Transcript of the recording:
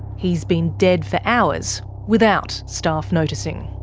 he's been dead for hours without staff noticing.